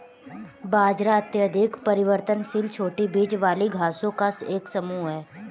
बाजरा अत्यधिक परिवर्तनशील छोटी बीज वाली घासों का एक समूह है